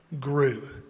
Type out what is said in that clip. grew